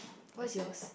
what's yours